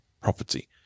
property